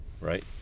right